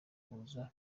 kuza